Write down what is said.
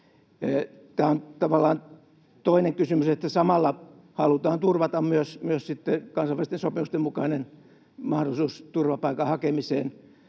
Tämä on tavallaan toinen kysymys, että samalla halutaan turvata myös kansainvälisten sopimusten mukainen mahdollisuus turvapaikan hakemiseen